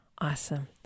Awesome